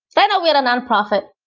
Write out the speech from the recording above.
and we're a nonprofit.